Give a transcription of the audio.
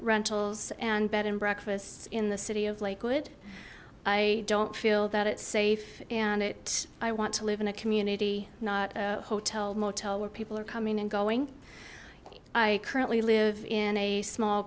rentals and bed and breakfasts in the city of lakewood i don't feel that it's safe and it i want to live in a community not a hotel motel where people are coming and going i currently live in a small